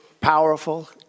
powerful